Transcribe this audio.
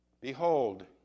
Behold